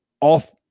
off